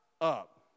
up